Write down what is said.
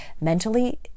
mentally